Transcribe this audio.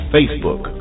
Facebook